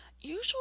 usually